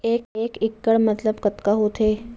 एक इक्कड़ मतलब कतका होथे?